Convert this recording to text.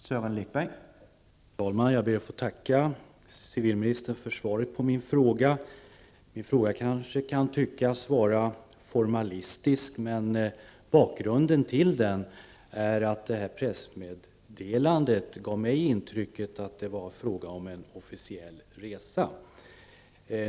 Herr talman! Jag ber att få tacka civilministern för svaret på min fråga. Min fråga kanske kan tyckas formalistisk, men bakgrunden till den är att pressmeddelandet gav mig intrycket att det var fråga om en officiell resa.